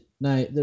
now